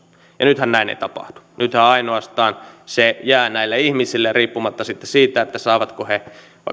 nythän näin ei tapahdu nythän ainoastaan se jää näille ihmisille riippumatta sitten siitä saavatko he vaikka